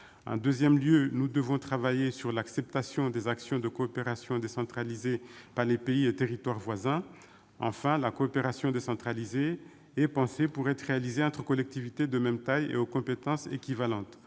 Nous devons également travailler sur l'acceptation des actions de coopération décentralisée par les pays et territoires voisins. Enfin, la coopération décentralisée est pensée pour être réalisée entre collectivités de même taille et aux compétences équivalentes.